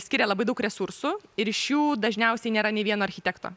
skiria labai daug resursų ir iš jų dažniausiai nėra nė vieno architekto